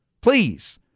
Please